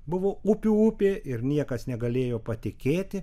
buvo upių upė ir niekas negalėjo patikėti